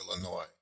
Illinois